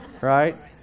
right